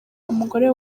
umugore